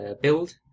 build